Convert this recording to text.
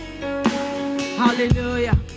Hallelujah